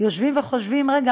יושבים וחושבים: רגע,